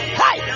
hey